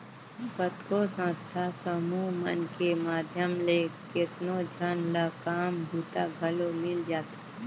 कतको संस्था समूह मन के माध्यम ले केतनो झन ल काम बूता घलो मिल जाथे